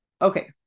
Okay